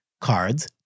cards